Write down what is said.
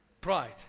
Pride